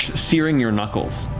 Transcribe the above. searing your knuckles.